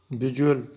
visual